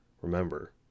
remember